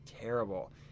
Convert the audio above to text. terrible